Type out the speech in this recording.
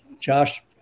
Josh